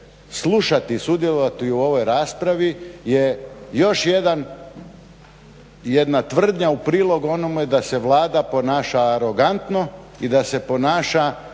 slušati i sudjelovati u ovoj raspravi je još jedna tvrdnja u prilog onome da se Vlada ponaša arogantno i da se ponaša